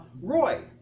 Roy